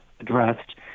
addressed